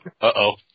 uh-oh